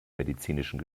medizinischen